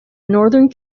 northern